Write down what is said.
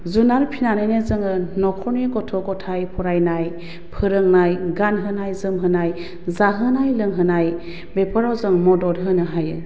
जुनार फिसिनानैनो जोङो न'खरनि गथ' गथाय फरायनाय फोरोंनाय गानहोनाय जोमहोनाय जाहोनाय लोंहोनाय बेफोराव जों मदद होनो हायो